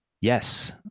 Yes